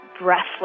breathless